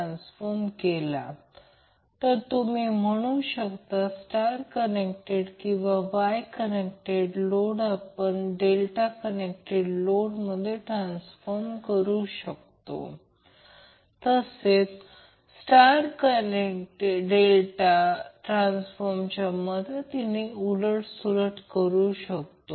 आणि त्याचप्रमाणे जर उदाहरण म्हणून Vn मध्ये व्होल्टेज तयार केले तर Vbn हा Vn पासून 120o ने लॅग करत आहे आणि Vcn हा Vbn पासून 120 o ने लॅग करत आहे अन्यथा Vcn हा Van पासून 240 o ने लॅग करत आहे